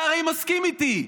אתה הרי מסכים איתי,